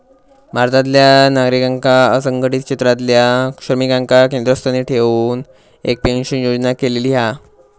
भारतातल्या नागरिकांका असंघटीत क्षेत्रातल्या श्रमिकांका केंद्रस्थानी ठेऊन एक पेंशन योजना केलेली हा